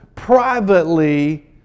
privately